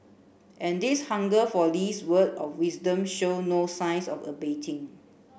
and this hunger for Lee's word of wisdom show no signs of abating